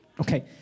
okay